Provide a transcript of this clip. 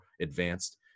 advanced